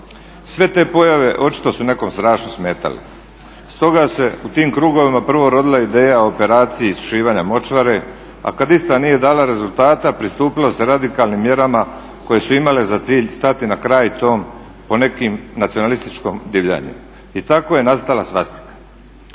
Sve te pojave očito su nekome strašno smetale. Stoga se u tim krugovima prvo rodila ideja o operaciji šivanja močvare, a kad ista nije dala rezultata pristupili se radikalnim mjerama koje su imale za cilj stati na kraj tom po nekim nacionalističkom divljanju. I tako je nastala svastika.